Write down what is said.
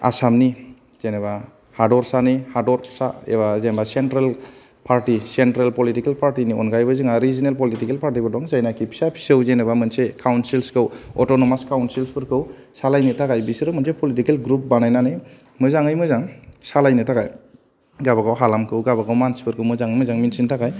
आसामनि जेनेबा हादरसानि हादरसा जेनेबा central party central political party अनगायैबो जोंहा रिजिनेल पलिटिकेल पारटिबो दं जायनोखि फिसा फिसौ जेनेबा मोनसे काउन्सिलखौ अटनमास काउनसिलफोरखौ सालायनो थाखाय बिसोरो मोनसे पलिटिकेल ग्रुब बानायनानै मोजाङै मोजां सालायनो थाखाय गावबा गाव हालामखौ गावबा गाव मानसिफोरखौ मोजाङै मोजां मिथिनो थाखाय